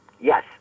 Yes